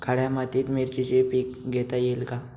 काळ्या मातीत मिरचीचे पीक घेता येईल का?